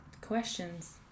Questions